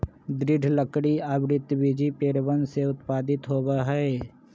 दृढ़ लकड़ी आवृतबीजी पेड़वन से उत्पादित होबा हई